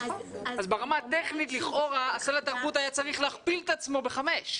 אז ברמה הטכנית לכאורה סל התרבות היה צריך להכפיל את עצמו בחמש.